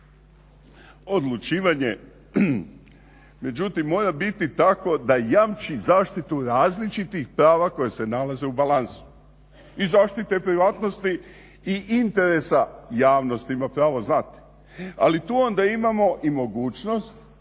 Odlučivanje međutim mora biti takvo da jamči zaštitu različitih prava koja se nalaze u balansu. I zaštite privatnosti i interesa, javnost ima pravo znati. Ali tu onda imamo i mogućnost